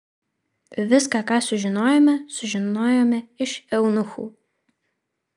viską ką sužinojome sužinojome iš eunuchų